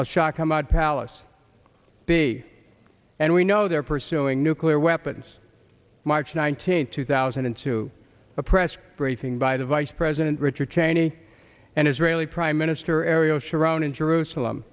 i was shocked how much palace big and we know they're pursuing nuclear weapons march nineteenth two thousand and two a press briefing by the vice president richard cheney and israeli prime minister ariel sharon in jerusalem